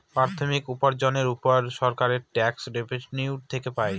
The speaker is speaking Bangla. প্রাথমিক উপার্জনের উপায় সরকার ট্যাক্স রেভেনিউ থেকে পাই